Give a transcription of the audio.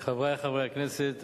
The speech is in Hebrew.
חברי חברי הכנסת,